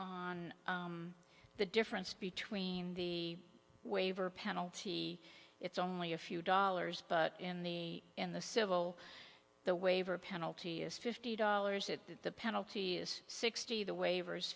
on the difference between the waiver penalty it's only a few dollars but in the in the civil the waiver penalty is fifty dollars at that the penalty is sixty the waivers